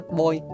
boy